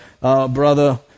Brother